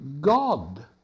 God